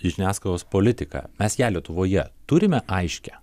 žiniasklaidos politiką mes ją lietuvoje turime aiškią